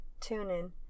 TuneIn